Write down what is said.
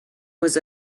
was